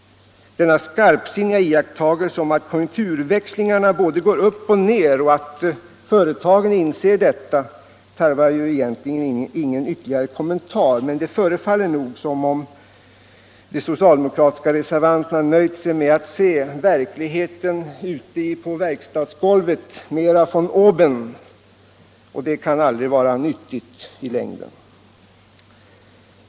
Denna skarpsinniga iakttagelse om att konjunkturväxlingarna går både upp och ned och att företagen inser detta tarvar egentligen ingen ytterligare kommentar, men nog förefaller det som om de socialdemokratiska reservanterna nöjt sig med att se verkligheten på verkstadsgolvet mer von oben, vilket inte kan vara nyttigt i längden.